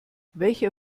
welcher